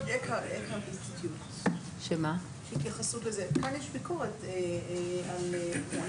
אני רואה שכאן יש ביקורת והתייחסו לזה.